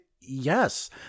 yes